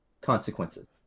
Consequences